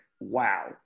wow